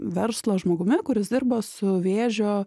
verslo žmogumi kuris dirba su vėžio